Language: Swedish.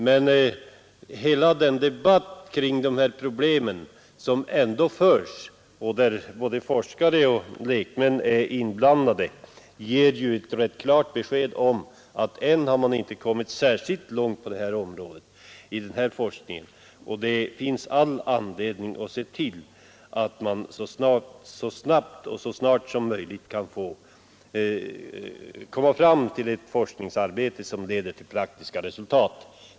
Men hela den debatt kring dessa problem som ändå förs, där både forskare och lekmän är inblandade, ger ju ett rätt klart besked om att ännu har man inte kommit särskilt långt i forskningen på det här området. Det finns all anledning att se till att man så snart som möjligt kan få ett forskningsarbete som leder till praktiska resultat.